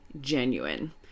genuine